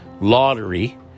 lottery